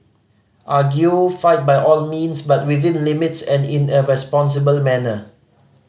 argue fight by all means but within limits and in a responsible manner